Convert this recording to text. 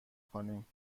کنیم